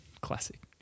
Classic